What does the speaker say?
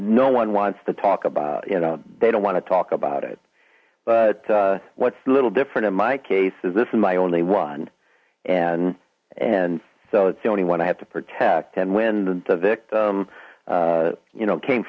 no one wants to talk about you know they don't want to talk about it but what's a little different in my case is this is my only one and and so it's the only one i have to protect and when the victim you know came